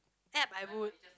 app I would